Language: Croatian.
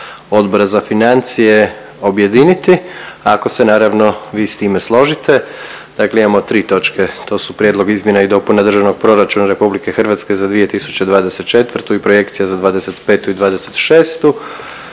Odbora za financije objediniti ako se naravno vi s time složite. Dakle imamo tri točke to su Prijedlog izmjena i dopuna Državnog proračuna RH za 2024. i projekcija za 2025. i 2026.,